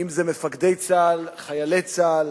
אם מפקדי צה"ל, אם חיילי צה"ל,